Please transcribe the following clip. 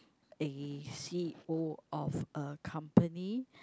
a C_E_O of a company